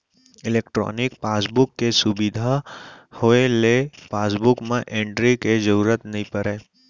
electronic passbook के सुबिधा होए ले पासबुक म एंटरी के जरूरत नइ परय